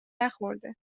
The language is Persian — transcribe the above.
نخورده